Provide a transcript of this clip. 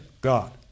God